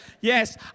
yes